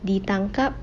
ditangkap